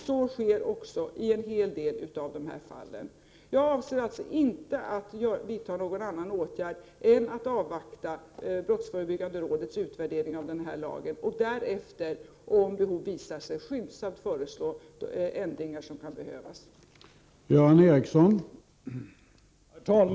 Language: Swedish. Så sker också i en hel del av dessa fall. Jag avser alltså inte att vidta någon annan åtgärd än att avvakta brottsförebyggande rådets utvärdering av den här lagen och därefter, om behov visar sig, skyndsamt föreslå de ändringar som kan vara motiverade.